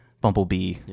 Bumblebee